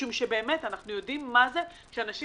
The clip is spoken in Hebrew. משום שבאמת אנחנו יודעים מה זה שאנשים